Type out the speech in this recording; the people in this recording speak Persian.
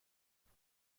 رفته